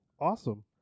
Awesome